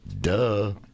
duh